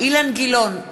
אילן גילאון,